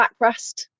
backrest